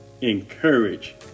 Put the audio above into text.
encourage